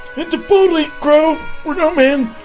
and to boldly go where no man